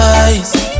eyes